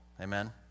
Amen